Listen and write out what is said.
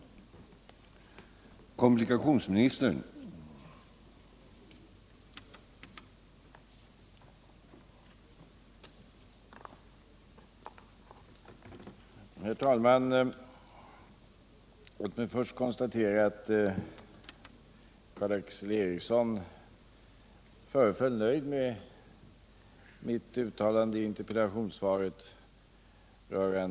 försämrad service på kommunika tionsområdet